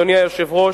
אדוני היושב-ראש,